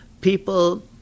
people